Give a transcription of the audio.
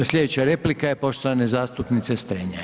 Sljedeća replika je poštovane zastupnice Strenja.